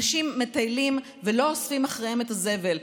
אנשים מטיילים ולא אוספים אחריהם את הזבל.